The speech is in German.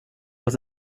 auch